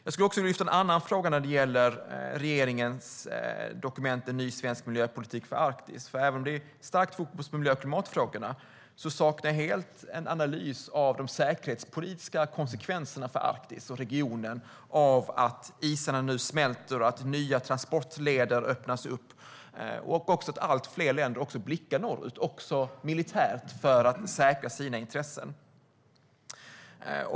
Jag skulle också vilja lyfta en annan fråga när det gäller regeringens dokument En ny svensk miljöpolitik för Arktis . Även om det är starkt fokus på miljö och klimatfrågorna saknar jag helt en analys av de säkerhetspolitiska konsekvenserna för Arktis och regionen av att isarna nu smälter, att nya transportleder öppnas upp och att allt fler länder blickar norrut, också militärt, för att säkra sina intressen.